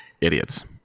idiots